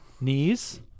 knees